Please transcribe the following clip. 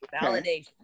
Validation